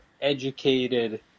educated